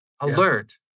alert